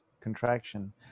contraction